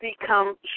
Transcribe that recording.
become